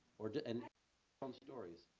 or and um stories.